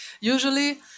Usually